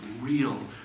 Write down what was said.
real